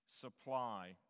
supply